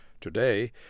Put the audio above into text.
Today